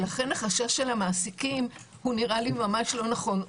לכן החשש של המעסיקים נראה לי ממש לא נכון.